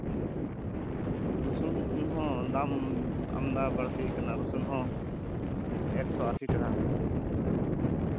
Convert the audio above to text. ᱨᱩᱥᱩᱱ ᱦᱚᱸ ᱫᱟᱢ ᱟᱢᱫᱟ ᱵᱟᱲᱛᱤᱭ ᱠᱟᱱᱟ ᱨᱚᱥᱩᱱ ᱦᱚᱸ ᱮᱠᱥᱳ ᱟᱥᱤ ᱴᱟᱠᱟ ᱠᱟᱛᱮᱜ